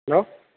hello